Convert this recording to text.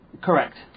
Correct